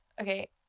Okay